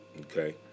okay